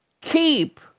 keep